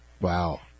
Wow